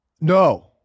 no